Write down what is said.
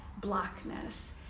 blackness